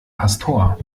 pastor